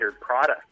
product